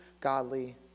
godly